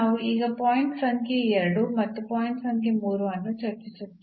ನಾವು ಈಗ ಪಾಯಿಂಟ್ ಸಂಖ್ಯೆ 2 ಮತ್ತು ಪಾಯಿಂಟ್ ಸಂಖ್ಯೆ 3 ಅನ್ನು ಚರ್ಚಿಸುತ್ತಿದ್ದೇವೆ